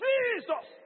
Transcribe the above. Jesus